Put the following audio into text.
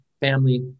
family